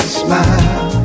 smile